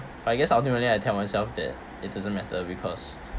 I guess ultimately I tell myself that it doesn't matter because